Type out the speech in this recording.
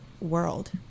world